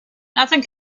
nothing